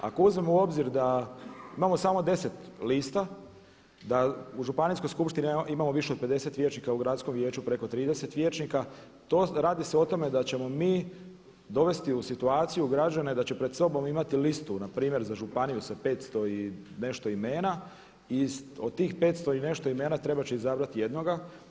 Ako uzmemo u obzir da imamo samo 10 lista, da u županijskoj skupštini imamo više od 50 vijećnika, u gradskom vijeću preko 30 vijećnika radi se o tome da ćemo mi dovesti u situaciju građane da će pred sobom imati listu na primjer za županiju sa 500 i nešto imena i od tih 500 i nešto imena trebat će izabrati jednoga.